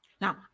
Now